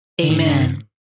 Amen